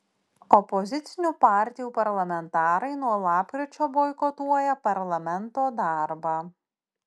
opozicinių partijų parlamentarai nuo lapkričio boikotuoja parlamento darbą